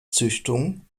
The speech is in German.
züchtung